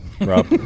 Rob